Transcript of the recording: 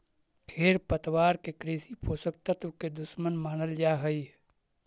खेरपतवार के कृषि पोषक तत्व के दुश्मन मानल जा हई